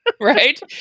Right